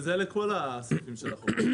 וזה לכל הסעיפים של החוק?